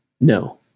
no